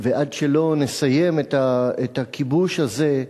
ועד שלא נסיים את הכיבוש הזה,